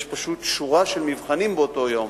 יש פשוט שורה של מבחנים באותו יום,